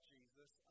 Jesus